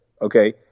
Okay